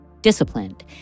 disciplined